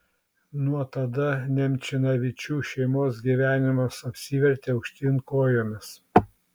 nuo tada nemčinavičių šeimos gyvenimas apsivertė aukštyn kojomis